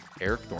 Eric